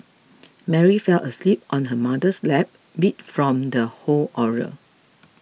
Mary fell asleep on her mother's lap beat from the whole ordeal